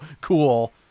cool